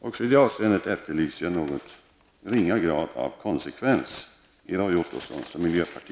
Också i det avseendet efterlyser jag någon ringa grad av konsekvens i Roy